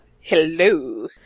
Hello